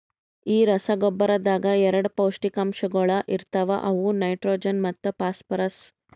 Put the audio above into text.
ಈ ರಸಗೊಬ್ಬರದಾಗ್ ಎರಡ ಪೌಷ್ಟಿಕಾಂಶಗೊಳ ಇರ್ತಾವ ಅವು ನೈಟ್ರೋಜನ್ ಮತ್ತ ಫಾಸ್ಫರ್ರಸ್